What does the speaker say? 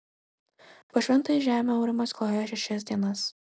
po šventąją žemę aurimas klajojo šešias dienas